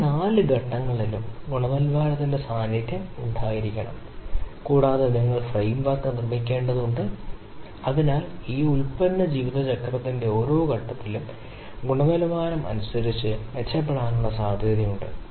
അതിനാൽ ശരാശരി ഗുണനിലവാര നഷ്ടം ഇത് പോലെ കണക്കാക്കാം എല്ലാ വ്യത്യസ്ത നഷ്ടങ്ങളുടെയും സംഗ്രഹം നഷ്ടത്തിന്റെ എണ്ണം കൊണ്ട് ഹരിച്ചാൽ n അത്തരത്തിലുള്ളവയെ അനുവദിക്കുന്നു ലഭിച്ച ഗുണനിലവാര സവിശേഷതകളുടെ പ്രതിനിധാന അളവ്